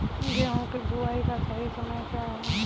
गेहूँ की बुआई का सही समय क्या है?